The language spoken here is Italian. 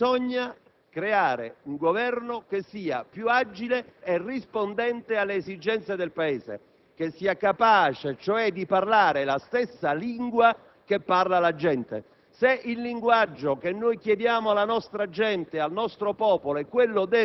c'è il riconoscimento di una precisa considerazione: bisogna creare un Governo più agile e rispondente alle esigenze del Paese, capace di parlare la stessa lingua che parla la gente.